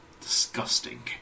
Disgusting